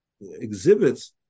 exhibits